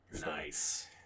Nice